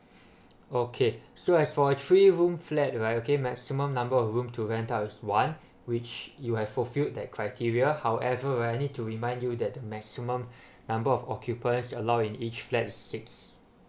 okay so as for a three room flat right okay maximum number of room to rent out is one which you have fulfilled that criteria however I need to remind you that the maximum number of occupants allowed in each flat is six